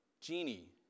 Genie